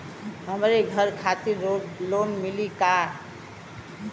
हमरे घर खातिर लोन मिली की ना?